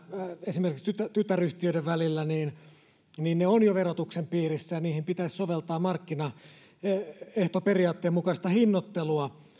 esimerkiksi tytäryhtiöiden välillä ovat jo verotuksen piirissä ja niihin pitäisi soveltaa markkinaehtoperiaatteen mukaista hinnoittelua